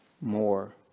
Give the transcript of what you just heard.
more